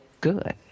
good